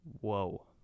Whoa